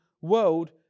world